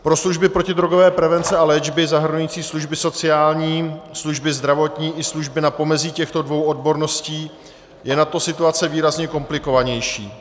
Pro služby protidrogové prevence a léčby zahrnující služby sociální, služby zdravotní i služby na pomezí těchto dvou odborností je nadto situace výrazně komplikovanější.